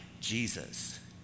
Jesus